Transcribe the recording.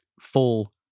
full